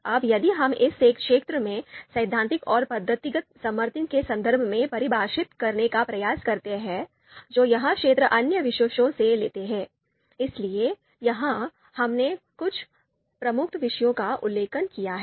अब यदि हम इस क्षेत्र को सैद्धांतिक और पद्धतिगत समर्थन के संदर्भ में परिभाषित करने का प्रयास करते हैं जो यह क्षेत्र अन्य विषयों से लेता है इसलिए यहाँ हमने कुछ प्रमुख विषयों का उल्लेख किया है